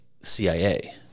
CIA